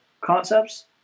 concepts